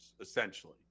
essentially